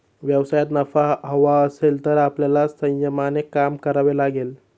व्यवसायात नफा हवा असेल तर आपल्याला संयमाने काम करावे लागेल